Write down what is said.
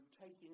taking